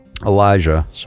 Elijah